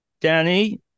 Danny